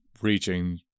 reaching